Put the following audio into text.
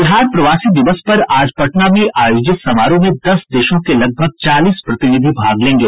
बिहार प्रवासी दिवस पर आज पटना में आयोजित समारोह में दस देशों के लगभग चालीस प्रतिनिधि भाग लेंगे